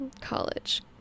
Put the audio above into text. college